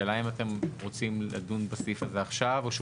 השאלה אם אתם רוצים לדון בסעיף הזה עכשיו או שהוא